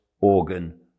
organ